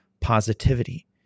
positivity